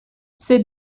ces